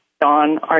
Don